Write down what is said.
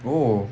oh